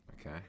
Okay